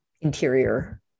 Interior